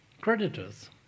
creditors